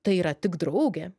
tai yra tik draugė